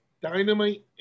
Dynamite